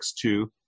two